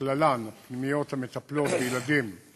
ובכללן הפנימיות המטפלות בילדים עם